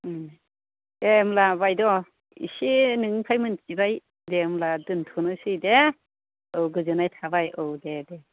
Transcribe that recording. दे होनब्ला बायद' इसे नोंनिफ्राय मिथिबाय दे होनब्ला दोनथ'नोसै दे औ गोजोननाय थाबाय औ दे दे